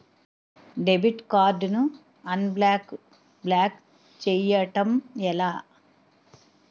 Debit card ను unblock block చేయటం ఎలా?